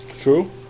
True